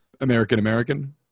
American-American